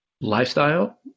lifestyle